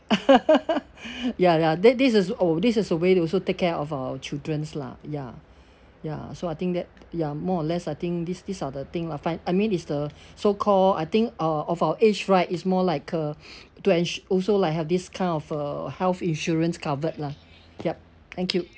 ya ya then this is oh this is a way to also take care of our childrens lah ya ya so I think that ya more or less I think this this are the things lah fin~ I mean it's the so-called I think uh of our age right it's more like uh to ensu~ also like have this kind of uh health insurance covered lah yup thank you